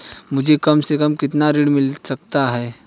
मुझे कम से कम कितना ऋण मिल सकता है?